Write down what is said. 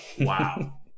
Wow